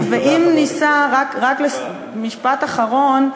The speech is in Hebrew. משפט אחרון: